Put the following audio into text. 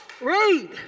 Read